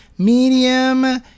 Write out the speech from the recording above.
medium